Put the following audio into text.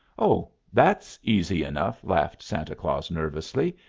oh, that's easy enough! laughed santa claus nervously.